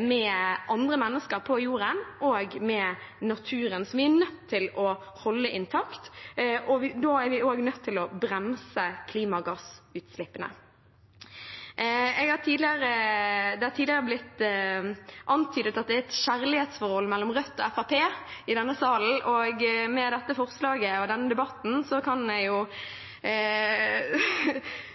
med andre mennesker på jorden og med naturen, som vi er nødt til å holde intakt. Da er vi også nødt til å bremse klimagassutslippene. Det har tidligere blitt antydet at det er et kjærlighetsforhold mellom Rødt og Fremskrittspartiet i denne salen. Med dette forslaget og denne debatten kan jeg